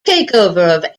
takeover